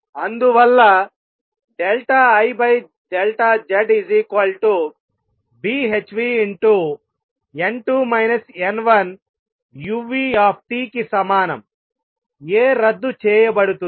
అందువల్ల IZ Bhνn2 n1uT కి సమానం a రద్దు చేయబడుతుంది